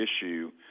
issue